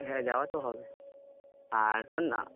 হ্যাঁ যাওয়া তো হবে আর শোন না